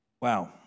Wow